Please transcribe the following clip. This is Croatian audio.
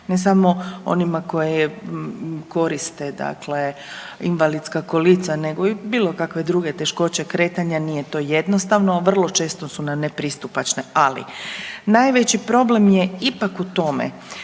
ne samo onima koje koriste dakle invalidska kolica nego i bilo kakve druge teškoće kretanja, nije to jednostavno, vrlo često su nepristupačne. Ali najveći problem je ipak u tome